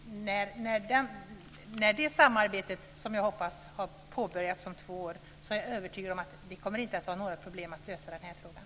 När samarbetet som jag hopppas har påbörjats om två år är jag övertygad om att det inte kommer att vara några problem att lösa den här frågan.